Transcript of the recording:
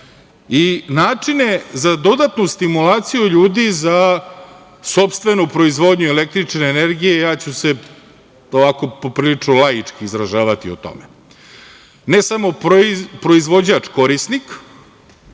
i načine za dodatnu stimulaciju ljudi za sopstvenu proizvodnju električne energije i ja ću se ovako po prilično laički izražavati o tome. Ne samo proizvođač korisnik,